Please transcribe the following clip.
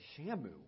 Shamu